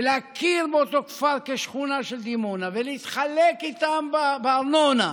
להכיר באותו כפר כשכונה של דימונה ולהתחלק איתם בארנונה,